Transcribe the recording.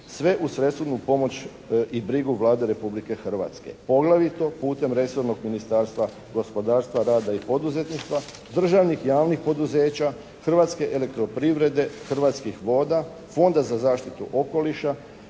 sve uz svesrdnu pomoć i brigu Vlade Republike Hrvatske, poglavito putem resornog Ministarstva gospodarstva, rada i poduzetništva, državnih javnih poduzeća, Hrvatske elektroprivrede, Hrvatskih voda, Fonda za zaštitu okoliša